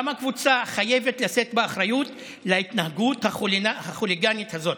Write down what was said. גם הקבוצה חייבת לשאת באחריות להתנהגות החוליגנית הזאת.